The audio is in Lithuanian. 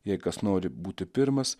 jei kas nori būti pirmas